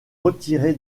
retiré